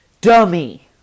dummy